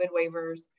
waivers